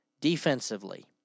Defensively